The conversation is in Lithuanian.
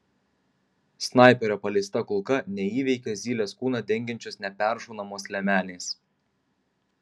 snaiperio paleista kulka neįveikia zylės kūną dengiančios neperšaunamos liemenės